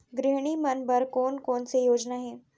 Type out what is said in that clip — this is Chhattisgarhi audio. गृहिणी मन बर कोन कोन से योजना हे?